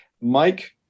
Mike